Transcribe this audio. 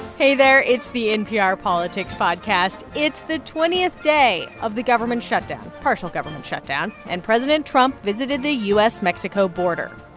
hey there. it's the npr politics podcast. it's the twentieth day of the government shutdown partial government shutdown. and president trump visited the u s mexico border.